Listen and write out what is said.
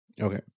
Okay